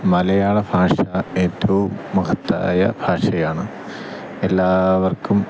മലയാള ഭാഷ ഏറ്റവും മഹത്തായ ഭാഷയാണ് എല്ലാവർക്കും